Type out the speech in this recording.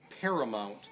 paramount